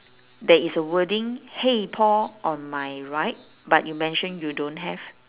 there is a wording !hey! paul on my right but you mention you don't have